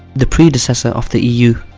the predecessor of the eu.